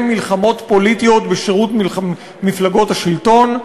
מלחמות פוליטיות בשירות מפלגות השלטון,